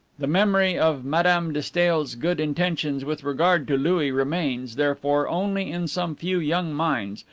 the memory of madame de stael's good intentions with regard to louis remains, therefore, only in some few young minds,